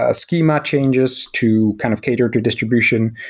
ah schema changes to kind of cater to distribution.